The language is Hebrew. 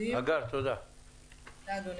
תודה, אדוני.